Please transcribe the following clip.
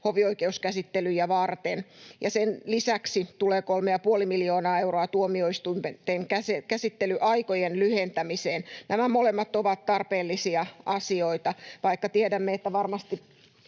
hovioikeuskäsittelyjä varten. Sen lisäksi tulee 3,5 miljoonaa euroa tuomioistuinten käsittelyaikojen lyhentämiseen. Nämä molemmat ovat tarpeellisia asioita. Vaikka tiedämme, että varmasti